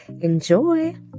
enjoy